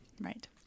Right